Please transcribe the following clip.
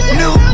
new